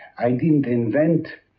i didn't invent